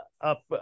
up